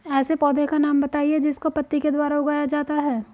ऐसे पौधे का नाम बताइए जिसको पत्ती के द्वारा उगाया जाता है